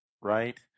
right